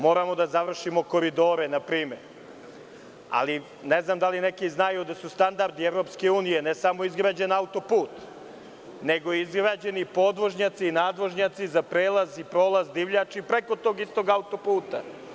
Moramo da završimo koridore npr. Ne znam da li neki znaju da su standardi EU ne samo izgrađen auto-put, nego i izgrađeni podvožnjaci i nadvožnjaci za prelaz i prolaz divljači preko tog istog auto-puta.